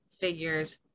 figures